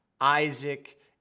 Isaac